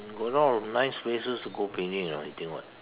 got a lot of nice places to go picnic you know you think what